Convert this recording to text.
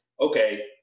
okay